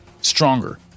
stronger